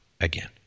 again